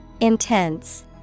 Intense